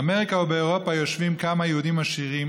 באמריקה ובאירופה יושבים כמה יהודים עשירים